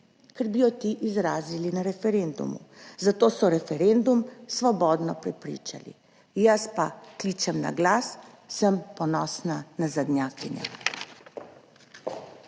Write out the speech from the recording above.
ker bi jo ti izrazili na referendumu, zato so referendum svobodno prepričali, jaz pa kličem na glas, sem ponosna nazadnjakinja.